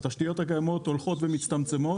התשתיות הקיימות הולכות ומצטמצמות,